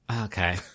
Okay